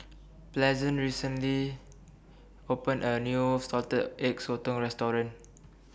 Pleasant recently opened A New Salted Egg Sotong Restaurant